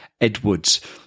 Edwards